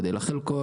גודל החלקות.